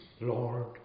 Lord